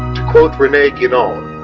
quote rene guenon,